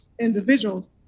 individuals